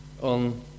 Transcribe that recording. on